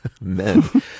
men